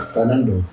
Fernando